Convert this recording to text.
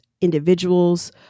individuals